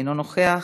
אינו נוכח.